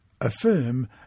affirm